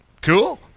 cool